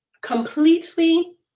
completely